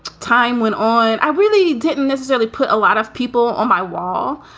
time went on. i really didn't necessarily put a lot of people on my wall,